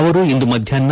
ಅವರು ಇಂದು ಮಧ್ಯಾಷ್ನ